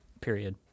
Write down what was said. period